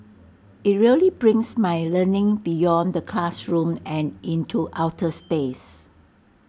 IT really brings my learning beyond the classroom and into outer space